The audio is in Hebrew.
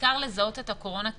ובעיקר לזהות את הקורונה כהזדמנות.